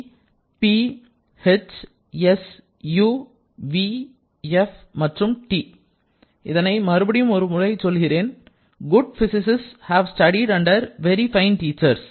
G P H S U V F மற்றும் T இதனை மறுபடியும் ஒருமுறை சொல்கிறேன் good physicists have studied under very fine teachers